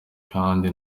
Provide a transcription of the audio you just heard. kandi